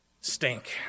stink